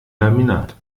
laminat